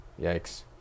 Yikes